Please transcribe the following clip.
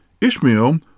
Ishmael